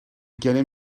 gennym